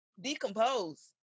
decompose